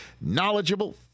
knowledgeable